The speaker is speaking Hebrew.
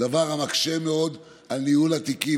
דבר המקשה מאוד על ניהול התיקים.